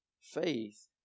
Faith